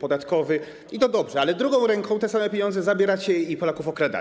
podatkowy, i to dobrze, ale drugą ręką te same pieniądze zabieracie i Polaków okradacie.